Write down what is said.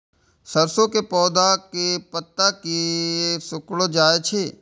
सरसों के पौधा के पत्ता किया सिकुड़ जाय छे?